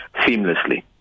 Seamlessly